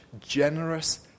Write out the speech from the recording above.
generous